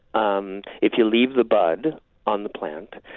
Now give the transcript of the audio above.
um if you leave the bud on the plant,